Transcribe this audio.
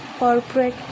Corporate